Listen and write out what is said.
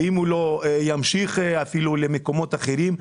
ואם הוא לא ימשיך אפילו למקומות אחרים.